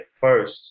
first